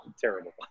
terrible